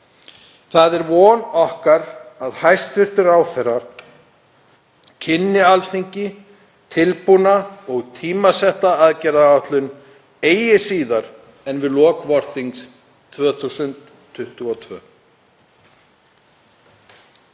Það er von okkar að hæstv. ráðherra kynni Alþingi tilbúna og tímasetta aðgerðaáætlun eigi síðar en við lok vorþings 2022.